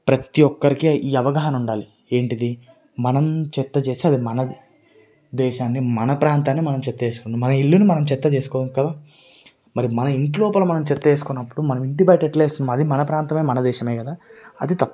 ప్రతీ ఒక్కరికి ఈ అవగాహన ఉండాలి ఏంటి ఇది మనం చెత్త చేస్తే అది మనది దేశానిది మన ప్రాంతాన్ని మనం చెత్త చేసుకున్నాము మన ఇల్లుని మనం చెత్త చేసుకోము కదా మరి మన ఇంటి లోపల మనం చెత్త వేసుకోనప్పుడు మనము ఇంటి బయట ఎట్లా వేస్తాము అది మన ప్రాంతమే మన దేశమే కదా అది తప్పు